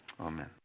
Amen